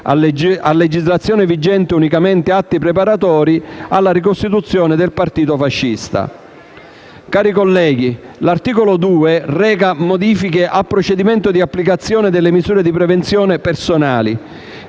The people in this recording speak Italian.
(a legislazione vigente unicamente atti preparatori) diretti alla ricostituzione del partito fascista. Cari colleghi, l'articolo 2 reca modifiche al procedimento di applicazione delle misure di prevenzione personali.